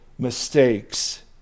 mistakes